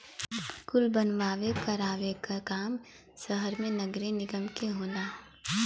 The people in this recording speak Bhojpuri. कुल बनवावे करावे क काम सहर मे नगरे निगम के होला